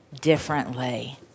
differently